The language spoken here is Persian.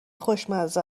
خوشمزه